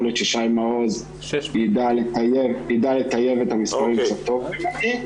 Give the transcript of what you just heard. יכול להיות ששי מעוז יידע לטייב את המספרים טוב ממני.